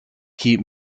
keep